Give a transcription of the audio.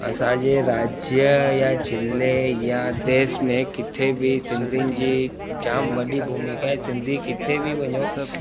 असांजे राज्य या ज़िले या देस में किथे बि सिंधियुनि जी जाम वॾी भूमिका आहे सिंधी किथे बि वञो